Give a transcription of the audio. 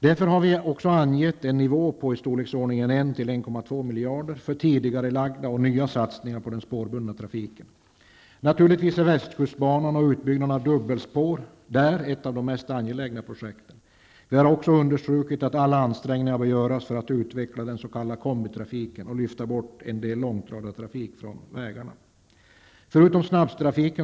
Vi har därför angett en nivå på i storleksordningen 1--1,2 miljarder för tidigarelagda och nya satsningar på den spårbundna trafiken. Naturligtvis är västkustbanan och utbyggnaden av dubbelspår där ett av de mest angelägna projekten. Vi har också understrukit att alla ansträngningar bör göras för att utveckla den s.k. kombitrafiken och lyfta bort en del långtradartrafik från vägarna.